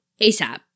ASAP